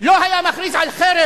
לא היה מכריז על חרם,